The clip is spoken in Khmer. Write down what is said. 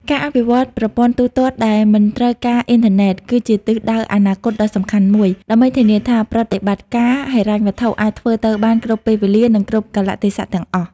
ការអភិវឌ្ឍប្រព័ន្ធទូទាត់ដែលមិនត្រូវការអ៊ីនធឺណិត គឺជាទិសដៅអនាគតដ៏សំខាន់មួយ ដើម្បីធានាថាប្រតិបត្តិការហិរញ្ញវត្ថុអាចធ្វើទៅបានគ្រប់ពេលវេលា និងគ្រប់កាលៈទេសៈទាំងអស់។